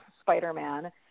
Spider-Man